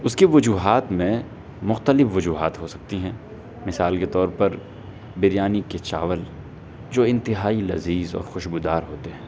اس کی وجوہات میں مختلف وجوہات ہو سکتی ہیں مثال کے طور پر بریانی کے چاول جو انتہائی لذیذ اور خوشبودار ہوتے ہیں